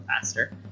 faster